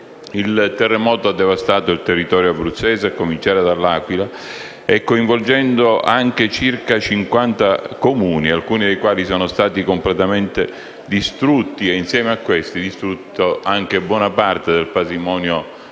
Il terremoto ha devastato il territorio abruzzese, a cominciare dall'Aquila, coinvolgendo anche circa 50 Comuni, alcuni dei quali sono stati completamente distrutti e, insieme a loro, anche buona parte dell'importante